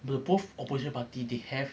the both opposition party they have